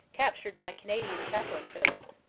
captured by canadian chaplain service.